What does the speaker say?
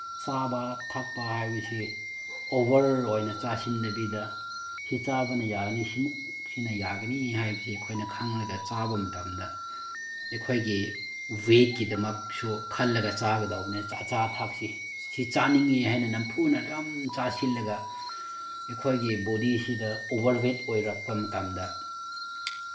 ꯆꯥꯕ ꯊꯛꯄ ꯍꯥꯏꯕꯁꯤ ꯑꯣꯚꯔ ꯑꯣꯏꯅ ꯆꯥꯁꯤꯟꯗꯕꯤꯗ ꯁꯤ ꯆꯥꯕ ꯌꯥꯔꯅꯤ ꯁꯤꯃꯨꯛ ꯁꯤꯅ ꯌꯥꯒꯅꯤ ꯍꯥꯏꯕꯁꯤ ꯑꯩꯈꯣꯏꯅ ꯈꯪꯂꯒ ꯆꯥꯕ ꯃꯇꯝꯗ ꯑꯩꯈꯣꯏꯒꯤ ꯋꯦꯠꯀꯤꯗꯃꯛꯁꯨ ꯈꯜꯂꯒ ꯆꯥꯒꯗꯧꯕꯅꯤ ꯑꯆꯥ ꯊꯛꯁꯤ ꯁꯤ ꯆꯥꯅꯤꯡꯉꯤ ꯍꯥꯏꯅ ꯅꯝꯐꯨꯅ ꯅꯝ ꯆꯥꯁꯤꯜꯂꯒ ꯑꯩꯈꯣꯏꯒꯤ ꯕꯣꯗꯤꯁꯤꯗ ꯑꯣꯚꯔ ꯋꯦꯠ ꯑꯣꯏꯔꯛꯄ ꯃꯇꯝꯗ